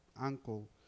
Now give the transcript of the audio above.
uncle